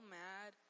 mad